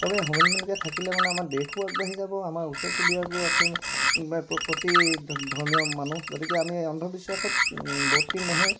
চবেই সমিলমিলকৈ থাকিলে মানে আমাৰ দেশো আগবাঢ়ি যাব আমাৰ ওচৰ চুবুৰীয়াও আছে বা প্ৰতি ধৰ্মীয় মানুহ গতিকে আমি অন্ধবিশ্বাসত বৰ্তি নহয়